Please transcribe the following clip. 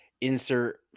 insert